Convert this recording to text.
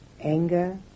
anger